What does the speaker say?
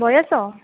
ବୟସ